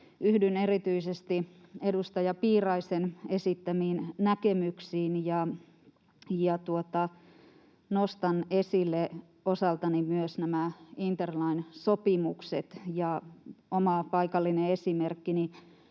yhdyn erityisesti edustaja Piiraisen esittämiin näkemyksiin ja nostan esille osaltani myös nämä interline-sopimukset. Oma paikallinen esimerkkini: